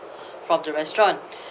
from the restaurant